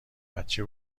بچه